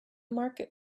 market